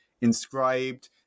inscribed